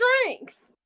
strength